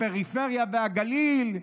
הפריפריה והגליל,